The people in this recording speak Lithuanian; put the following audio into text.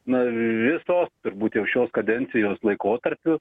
na visos turbūt jau šios kadencijos laikotarpiu